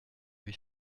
vais